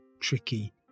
tricky